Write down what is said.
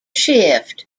shift